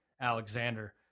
Alexander